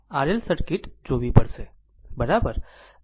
આપણે RL circuit જોવી પડશે બરાબર